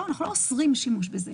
אנחנו לא אוסרים שימוש בזה.